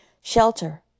Shelter